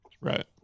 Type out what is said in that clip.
Right